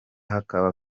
hakaba